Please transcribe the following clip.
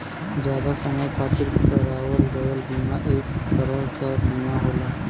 जादा समय खातिर करावल गयल बीमा एक तरह क बीमा होला